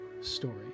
story